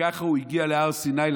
וככה הוא הגיע להר סיני,